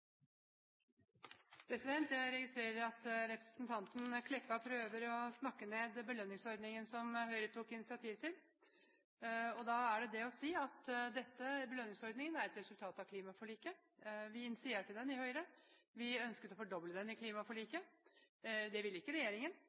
Jeg registrerer at representanten Meltveit Kleppa prøver å snakke ned belønningsordningen som Høyre tok initiativ til. Til det er det å si at belønningsordningen er et resultat av klimaforliket. Vi i Høyre initierte den, vi ønsket å fordoble den i klimaforliket. Det ville ikke regjeringen.